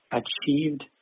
achieved